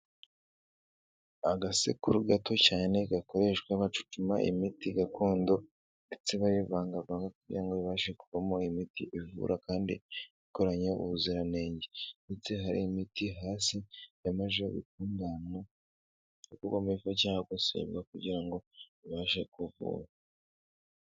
Agasekuru gato cyane gakoreshwa bacucuma imiti gakondo ndetse bayivangavanga kugira ngo bashe kuvanamo imiti ivura kandi ikoranye ubuziranenge. Ndetse hari imiti hasi yamaze gutunganywa cyangwa gusebwa kugira ngo ibashe kuvura.